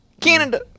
Canada